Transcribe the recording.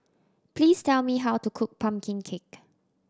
please tell me how to cook pumpkin cake